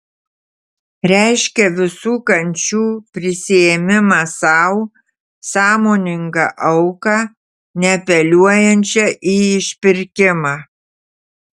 reiškia visų kančių prisiėmimą sau sąmoningą auką neapeliuojančią į išpirkimą